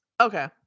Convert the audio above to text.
okay